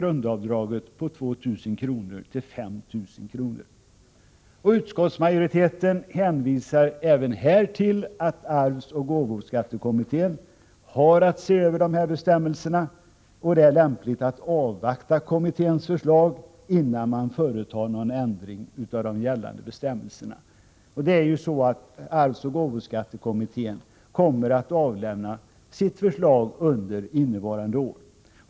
Utskottsmajoriteten hänvisar även här till att arvsoch gåvoskattekommittén har att se över bestämmelserna och att det är lämpligt att avvakta kommitténs förslag innan man företar någon ändring av gällande bestämmelser. Arvsoch gåvoskattekommittén kommer att avlämna sitt förslag under innevarande år.